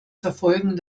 verfolgen